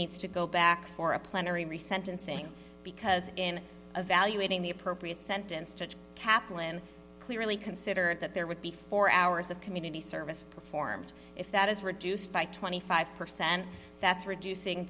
needs to go back for a plenary re sentencing because in evaluating the appropriate sentence judge kaplan clearly considered that there would be four hours of community service performed if that is reduced by twenty five percent that's reducing